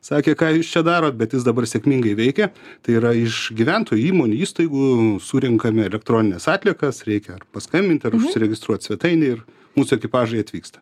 sakė ką jūs čia darot bet jis dabar sėkmingai veikia tai yra iš gyventojų įmonių įstaigų surenkame elektronines atliekas reikia paskambint ar užsiregistruot svetainėje ir mūsų ekipažai atvyksta